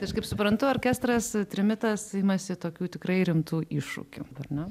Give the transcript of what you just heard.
tai aš kaip suprantu orkestras trimitas imasi tokių tikrai rimtų iššūkių ar ne